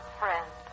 friend